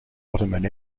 ottoman